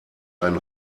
ein